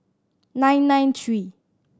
nine nine three